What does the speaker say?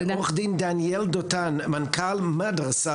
עורך הדין דניאל דותן, מנכ"ל מדרסה,